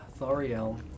Thariel